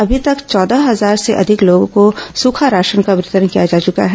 अभी तक चौदह हजार से अधिक लोगों को सूखा राशन का वितरण किया जा चुका है